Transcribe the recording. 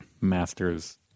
Masters